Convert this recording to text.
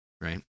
right